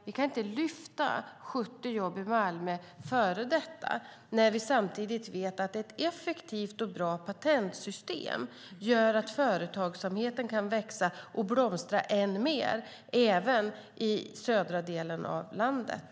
Vi kan inte lyfta 70 jobb i Malmö före detta när vi samtidigt vet att ett effektivt och bra patentsystem gör att företagsamheten kan växa och blomstra än mer även i den södra delen av landet.